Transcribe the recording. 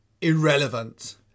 irrelevant